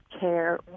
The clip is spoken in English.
care